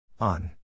On